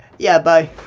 yeah, bye.